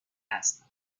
هستن